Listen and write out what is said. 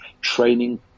training